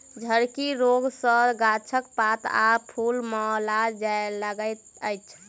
झड़की रोग सॅ गाछक पात आ फूल मौलाय लगैत अछि